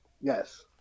Yes